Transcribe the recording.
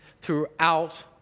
throughout